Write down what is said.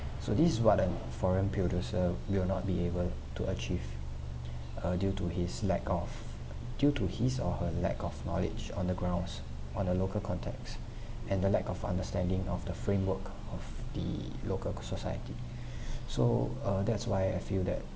so this what the foreign producer also will not be able to achieve uh due to his lack of due to his or her lack of knowledge on the grounds on a local context and the lack of understanding of the framework of the local cal~ society so uh that's why I feel that